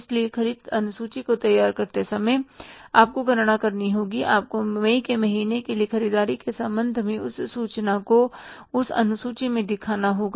इसलिए ख़रीद अनुसूची की तैयारी करते समय आपको गणना करनी होगी आपको मई के महीने के लिए ख़रीददारी के संबंध में उस सूचना को उस अनुसूची में दिखाना होगा